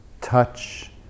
touch